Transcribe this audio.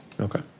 okay